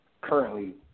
currently